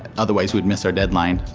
otherwise, we'd miss our deadline.